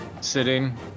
sitting